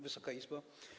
Wysoka Izbo!